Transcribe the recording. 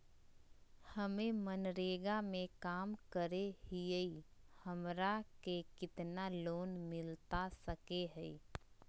हमे मनरेगा में काम करे हियई, हमरा के कितना लोन मिलता सके हई?